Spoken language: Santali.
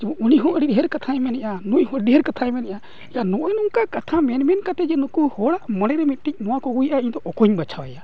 ᱡᱮᱢᱚᱱ ᱚᱸᱰᱮ ᱦᱚᱸ ᱟᱹᱰᱤ ᱰᱷᱮᱨ ᱠᱟᱛᱷᱟᱭ ᱢᱮᱱᱮᱫᱼᱟ ᱱᱩᱭᱦᱚᱸ ᱰᱷᱮᱨ ᱠᱟᱛᱷᱟᱭ ᱢᱮᱱᱮᱫᱼᱟ ᱱᱚᱜᱼᱚᱭ ᱱᱚᱝᱠᱟ ᱠᱟᱛᱷᱟ ᱢᱮᱱ ᱢᱮᱱ ᱠᱟᱛᱮ ᱡᱮ ᱱᱩᱠᱩ ᱦᱚᱲᱟᱜ ᱢᱚᱱᱮᱨᱮ ᱢᱤᱫᱴᱤᱡ ᱱᱚᱣᱟ ᱠᱚ ᱦᱩᱭᱩᱜᱼᱟ ᱤᱧᱫᱚ ᱚᱠᱚᱭᱤᱧ ᱵᱟᱪᱷᱟᱣᱮᱭᱟ